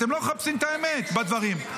אתם לא מחפשים את האמת בדברים.